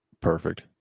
Perfect